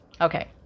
Okay